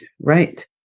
Right